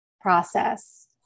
process